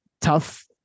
tough